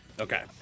Okay